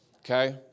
okay